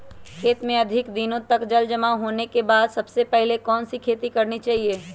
खेत में अधिक दिनों तक जल जमाओ होने के बाद सबसे पहली कौन सी खेती करनी चाहिए?